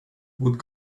would